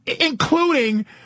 including